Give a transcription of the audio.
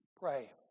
Pray